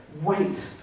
Wait